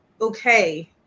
okay